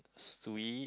sweet